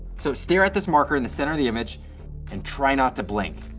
so stare at this marker in the center of the image and try not to blink.